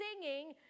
Singing